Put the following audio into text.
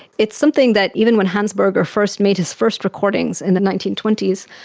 it's something that even when hans berger first made his first recordings in the nineteen twenty s,